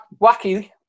wacky